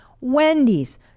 Wendy's